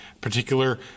particular